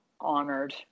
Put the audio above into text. honored